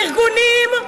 ארגונים,